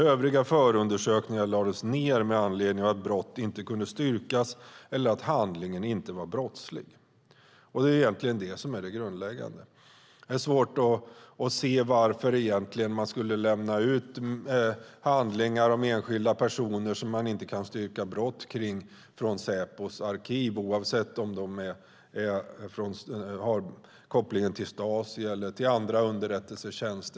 Övriga förundersökningar lades ned med anledning av att brott inte kunde styrkas eller att handlingen inte var brottslig." Det är egentligen detta som är det grundläggande. Det är svårt att se varför man skulle lämna ut handlingar om enskilda personer för vilka man inte kan styrka brott utifrån Säpos arkiv oavsett om de har koppling till Stasi eller till andra underrättelsetjänster.